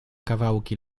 kawałki